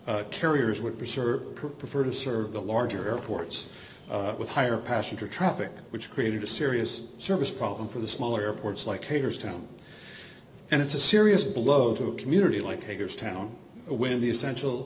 preserve prefer to serve the larger airports with higher passenger traffic which created a serious service problem for the smaller airports like hagerstown and it's a serious blow to a community like hagerstown when the essential